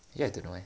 you have to know meh